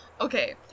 Okay